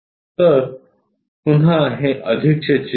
तर पुन्हा हे अधिकचे चिन्ह